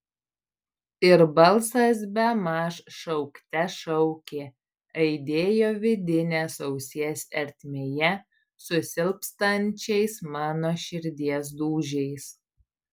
ir balsas bemaž šaukte šaukė aidėjo vidinės ausies ertmėje su silpstančiais mano širdies dūžiais